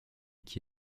qui